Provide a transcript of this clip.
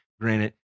granted